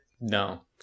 No